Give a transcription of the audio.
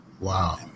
Wow